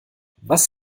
was